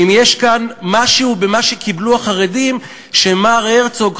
אם יש כאן משהו במה שקיבלו החרדים שמר הרצוג,